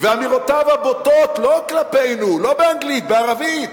אמירותיו הבוטות, לא כלפינו, לא באנגלית, בערבית,